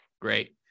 Great